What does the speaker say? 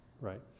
right